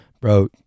bro